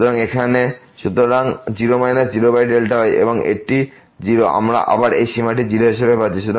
সুতরাং 0 0Δy এবং এটি 0 এবং আমরা আবার এই সীমাটি 0 হিসাবে পেয়েছি